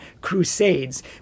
Crusades